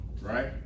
right